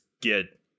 get